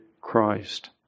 Christ